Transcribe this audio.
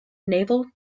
naval